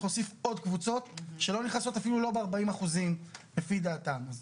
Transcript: להוסיף עוד קבוצות שלא נכנסות אפילו לא ב-40% לפי דעתם.